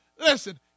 Listen